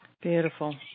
beautiful